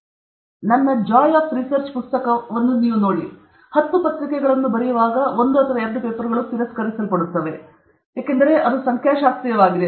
ನೀವು ಬರೆಯುವಾಗ ನೋಡಿ ನನ್ನ joy of research joy of research ಪುಸ್ತಕದಲ್ಲಿ ಹತ್ತು ಪತ್ರಿಕೆಗಳನ್ನು ಬರೆಯುವಾಗ ಒಂದು ಅಥವಾ ಎರಡು ಪೇಪರ್ಗಳು ತಿರಸ್ಕರಿಸಲ್ಪಡುತ್ತವೆ ಎಂದು ನಾನು ಹೇಳಿದ್ದೇನೆ ಏಕೆಂದರೆ ಅದು ಸಂಖ್ಯಾಶಾಸ್ತ್ರೀಯವಾಗಿದೆ